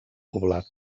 poblat